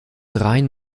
rhein